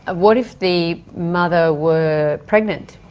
ah what if the mother were pregnant?